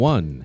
One